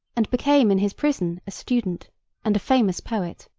and became in his prison a student and a famous poet.